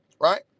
right